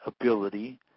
ability